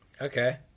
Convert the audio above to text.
Okay